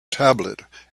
tablet